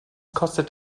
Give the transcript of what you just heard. kostet